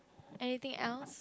anything else